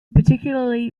particularly